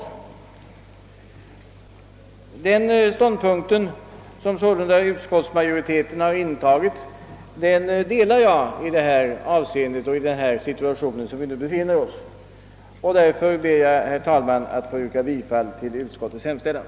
Den ståndpunkt, som sålunda utskottsmajoriteten har intagit, delar jag i detta avseende. Därför ber jag, herr talman, att få yrka bifall till utskottets hemställan.